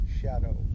shadow